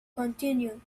continued